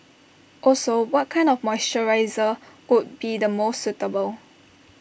also what kind of moisturiser would be the most suitable